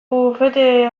bufete